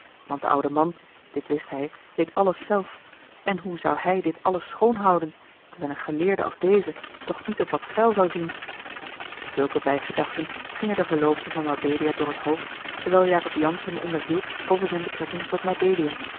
want de oude man dit wist hij deed alles zelf en hoe zou hij dit alles schoon houden terwijl een geleerde als deze toch niet op wat vuil zou zien zulke bijgedachten gingen a l g bosboom-toussaint de delftsche wonderdokter eel den verloofde van mabelia door het hoofd terwijl jacob jansz hem onderhield over zijn betrekking tot mabelia